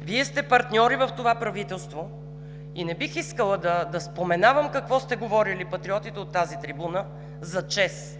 Вие сте партньори в това правителство и не бих искала да споменавам какво сте говорили Патриотите от тази трибуна за ЧЕЗ,